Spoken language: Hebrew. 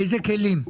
איזה כלים?